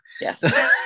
Yes